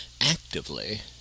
actively